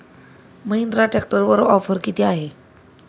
महिंद्रा ट्रॅक्टरवर ऑफर किती आहे?